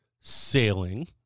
sailing